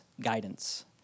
guidance